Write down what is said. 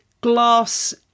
glass